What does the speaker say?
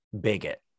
bigot